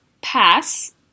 Pass